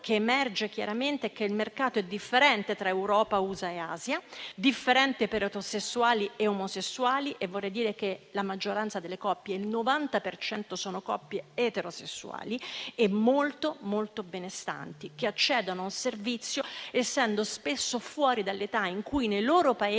Emerge chiaramente che il mercato è differente tra Europa, USA e Asia, differente per eterosessuali e omosessuali, e vorrei dire che la maggioranza delle coppie, il 90 per cento di esse, è eterosessuale; sono coppie eterosessuali molto benestanti che accedono a un servizio essendo spesso fuori dall'età in cui nei loro Paesi